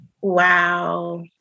Wow